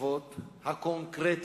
תשובות קונקרטיות.